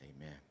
Amen